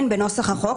הן בנוסח החוק,